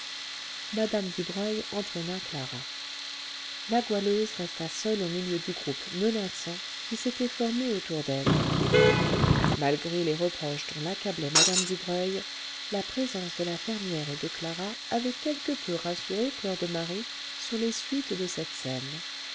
mme dubreuil entraîna clara la goualeuse resta seule au milieu du groupe menaçant qui s'était formé autour d'elle malgré les reproches dont l'accablait mme dubreuil la présence de la fermière et de clara avait quelque peu rassuré fleur de marie sur les suites de cette scène